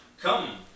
Come